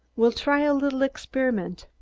we'll try a little experiment.